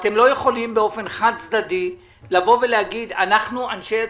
יכולים באופן חד צדדי לבוא ולומר שאנחנו אנשי הצדק.